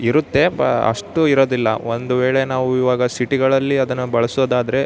ಇರುತ್ತೆ ಬ ಅಷ್ಟು ಇರೋದಿಲ್ಲ ಒಂದು ವೇಳೆ ನಾವು ಇವಾಗ ಸಿಟಿಗಳಲ್ಲಿ ಅದನ್ನು ಬಳಸೋದಾದರೆ